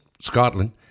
Scotland